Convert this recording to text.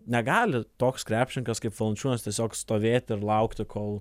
negali toks krepšininkas kaip valančiūnas tiesiog stovėti ir laukti kol